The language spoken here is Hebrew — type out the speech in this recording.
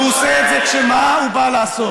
והוא עושה את זה כשמה הוא בא לעשות?